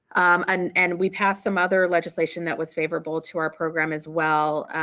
um and and we passed some other legislation that was favorable to our program as well,